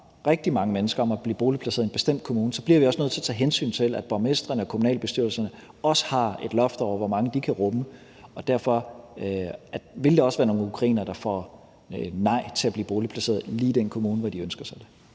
rigtig mange mennesker om at blive boligplaceret i en bestemt kommune, bliver vi også nødt til at tage hensyn til, at borgmestrene og kommunalbestyrelserne også har et loft over, hvor mange kommunerne kan rumme. Derfor vil der også være nogle ukrainere, der får nej til at blive boligplaceret lige i den kommune, hvor de ønsker sig det.